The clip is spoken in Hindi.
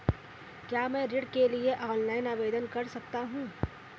क्या मैं ऋण के लिए ऑनलाइन आवेदन कर सकता हूँ?